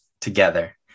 together